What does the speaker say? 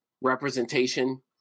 representation